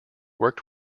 worked